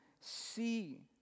see